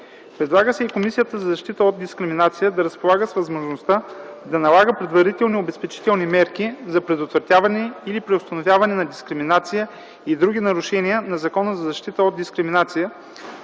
Предлага се и Комисията за защита от дискриминация да разполага с възможността да налага предварителни обезпечителни мерки за предотвратяване или преустановяване на дискриминация и други нарушения на Закона за защита от дискриминация,